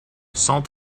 cent